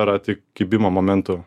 yra tik kibimo momentu